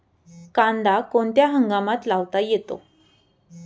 कांदा कोणत्या हंगामात लावता येतो?